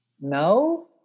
no